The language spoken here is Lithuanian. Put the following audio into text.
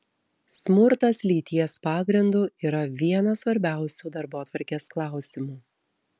smurtas lyties pagrindu yra vienas svarbiausių darbotvarkės klausimų